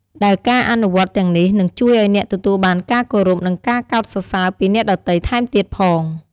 ដែលការអនុវត្តន៍ទាំងនេះនឹងជួយឱ្យអ្នកទទួលបានការគោរព និងការកោតសរសើរពីអ្នកដទៃថែមទៀតផង។